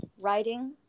writing